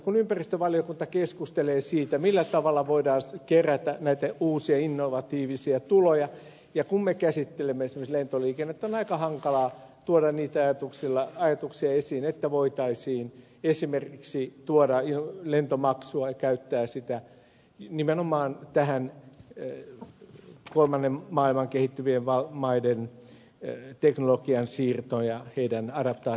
kun ympäristövaliokunta keskustelee siitä millä tavalla voidaan kerätä näitä uusia innovatiivisia tuloja ja kun me käsittelemme esimerkiksi lentoliikennettä on aika hankalaa tuoda niitä ajatuksia esiin että voitaisiin esimerkiksi tuoda lentomaksu ja käyttää sitä nimenomaan tähän kolmannen maailman kehittyvien maiden teknologian siirtoon ja niiden adaptaatiotukeen